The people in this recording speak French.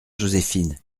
joséphine